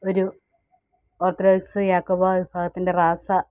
ഒരു ഓർത്തഡോക്സ് യാക്കോബ വിഭാഗത്തിൻ്റെ റാസ